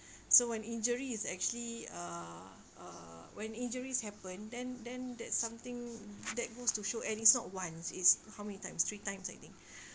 so when injuries actually uh uh when injuries happen then then that's something that goes to show and it's not once it's how many times three times I think